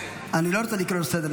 אני לא רוצה לקרוא לסדר.